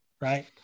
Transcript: right